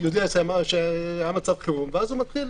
יודע את מצב החירום, ואז הוא מתחיל.